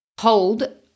hold